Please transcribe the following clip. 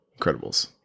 Incredibles